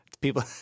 People